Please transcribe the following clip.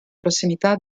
prossimità